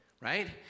right